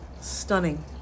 Stunning